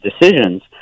decisions